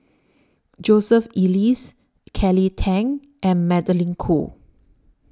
Joseph Elias Kelly Tang and Magdalene Khoo